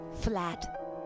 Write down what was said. Flat